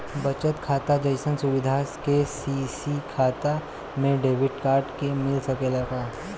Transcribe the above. बचत खाता जइसन सुविधा के.सी.सी खाता में डेबिट कार्ड के मिल सकेला का?